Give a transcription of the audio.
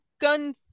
gun